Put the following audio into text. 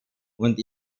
und